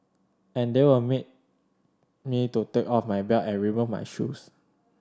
and they were made me to take off my belt and remove my shoes